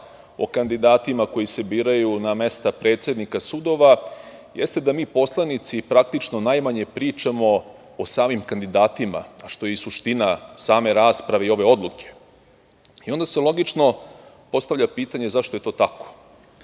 o kandidatima koji se biraju na mesta predsednika sudova, jeste da mi poslanici praktično najmanje pričamo o samim kandidatima, a što je i suština same rasprave i ove odluke. Onda se logično postavlja pitanje, zašto je to tako?